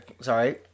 Sorry